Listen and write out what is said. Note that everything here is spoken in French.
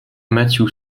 matthew